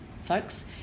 folks